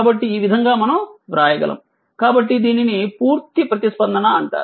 కాబట్టి ఈ విధంగా మనం వ్రాయగలము కాబట్టి దీనిని పూర్తి ప్రతిస్పందన అంటారు